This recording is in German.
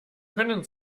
können